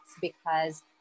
because-